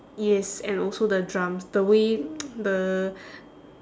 yes and also the drums the way the